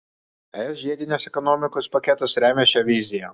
es žiedinės ekonomikos paketas remia šią viziją